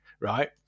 right